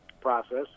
process